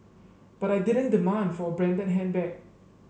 but I didn't demand for a branded handbag